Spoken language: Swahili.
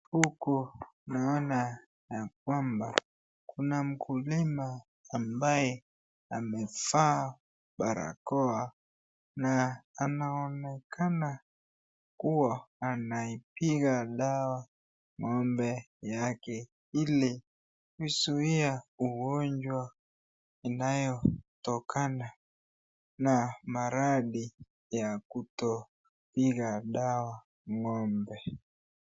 Huku naona ya kwamba kuna mkulima ambaye amevaa barakoa na anaonekana kuwa anaipiga dawa ng'ombe yake, ili kuzuia ugonjwa inaotokana na maradhi ya kutopiga dawa ng'ombe.